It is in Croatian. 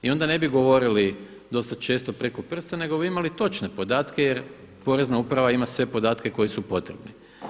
I onda ne bi govorili dosta često preko prsta nego bi imali točne podatke jer Porezna uprava ima sve podatke koji su potrebni.